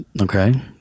Okay